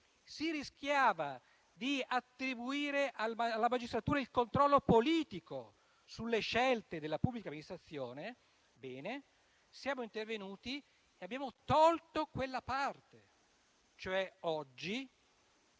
si rischiava di attribuire alla magistratura il controllo politico sulle scelte della pubblica amministrazione, siamo intervenuti e abbiamo tolto quella parte: oggi